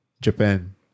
Japan